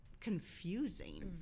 confusing